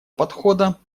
подхода